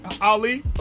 Ali